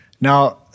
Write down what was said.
Now